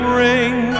ring